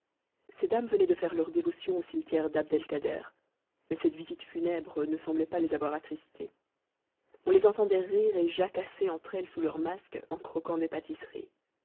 ces dames venaient de faire leurs dévotions an cimetière dabd el kader mais cette visite funèbre ne semblait pas les avoir attristées on les entendait rire et jacasser entre elles sous leurs masques en croquant des pâtisseries